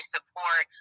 support